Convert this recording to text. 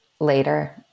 later